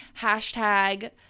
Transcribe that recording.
hashtag